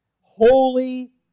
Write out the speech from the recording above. holy